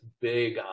big